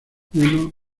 uno